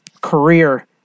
career